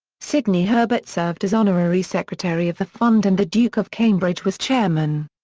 sidney herbert served as honorary secretary of the fund and the duke of cambridge was chairman.